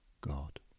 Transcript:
God